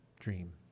dream